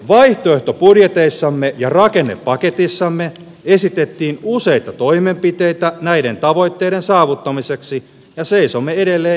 vaihtoehtobudjetissamme ja rakennepaketissamme esitettiin useita toimenpiteitä näiden tavoitteiden saavuttamiseksi ja seisomme edelleen ehdotustemme takana